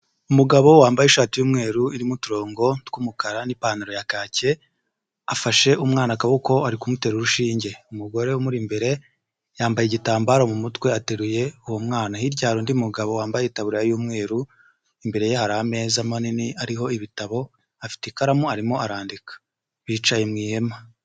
Umugabo wambaye ishati y'umweru irimo uturongo tw'umukara n'ipantaro ya kake, afashe umwana akaboko ari kumutera urushinge, umugore umuri imbere yambaye igitambaro mu mutwe ateruye uwo mwana, hirya hari undi mugabo wambaye itaburiya y'umweru, imbere ye hari ameza manini ariho ibitabo, afite ikaramu arimo arandika, bicaye mu ihema.